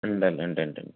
ഉണ്ട് ഉണ്ടുണ്ടുണ്ട്